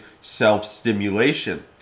self-stimulation